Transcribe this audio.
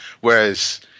Whereas